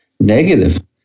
negative